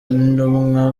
n’intumwa